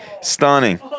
stunning